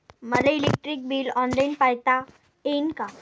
मले electric bill online पायता येईन का?